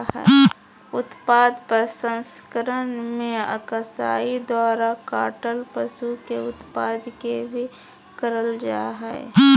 उत्पाद प्रसंस्करण मे कसाई द्वारा काटल पशु के उत्पाद के भी करल जा हई